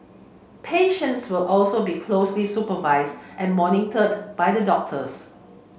patients will also be closely supervised and monitored by the doctors